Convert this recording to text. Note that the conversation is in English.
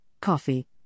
coffee